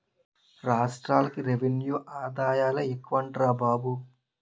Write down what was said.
రాష్ట్రాలకి రెవెన్యూ ఆదాయాలే ఎక్కువట్రా బాబు